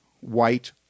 white